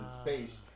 space